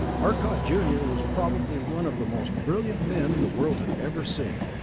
arcot junior was probably one of the most brilliant men the world had ever seen,